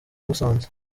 musanze